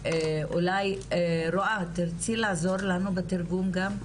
ואולי רוואת תרצי לעזור לנו בתרגום גם.